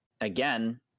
again